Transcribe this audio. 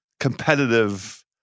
Competitive